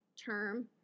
term